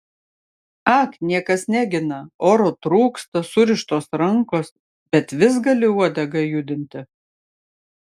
ak niekas negina oro trūksta surištos rankos bet vis gali uodegą judinti